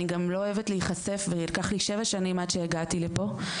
ואני גם לא אוהבת להיחשף וכך לקח לי שבע שנים עד שהגעתי לפה.